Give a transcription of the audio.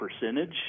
percentage